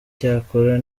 cyakora